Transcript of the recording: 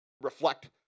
reflect